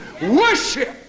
Worship